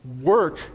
work